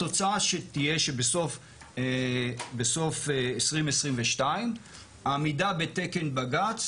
התוצאה תהיה שבסוף 2022 העמידה בתקן בג"צ